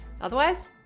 Otherwise